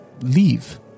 Leave